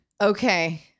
Okay